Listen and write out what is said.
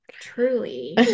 truly